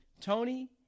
Tony